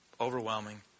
overwhelming